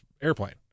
airplane